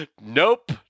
nope